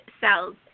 cells